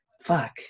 Fuck